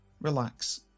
relax